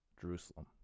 Jerusalem